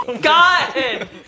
God